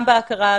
גם בהכרה המקצועית,